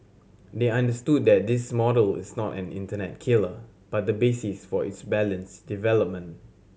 they understood that this model is not an internet killer but the basis for its balanced development